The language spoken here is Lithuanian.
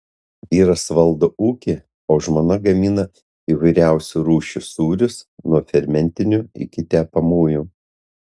vyras valdo ūkį o žmona gamina įvairiausių rūšių sūrius nuo fermentinių iki tepamųjų